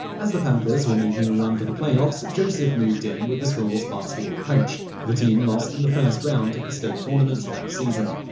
as the panthers were making a run for the playoffs, joseph moved in with the school's basketball coach. the team lost in the first round of the state tournament that season.